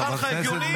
את כולם האשמתם,